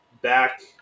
back